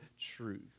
truth